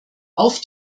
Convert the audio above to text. auf